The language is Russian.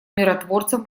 миротворцам